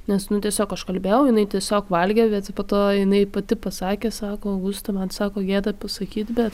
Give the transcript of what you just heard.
nes nu tiesiog aš kalbėjau jinai tiesiog valgė bet po to jinai pati pasakė sako augusta man sako gėda pasakyt bet